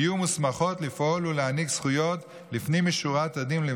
יהיו מוסמכות לפעול ולהעניק זכויות לבני המשפחות לפנים משורת הדין.